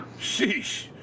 Sheesh